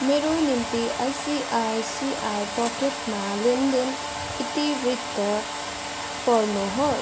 मेरो निम्ति आइसिआइसिआई पकेटमा लेनदेन इतिवृत्त पढ्नुहोस्